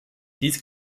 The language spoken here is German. dies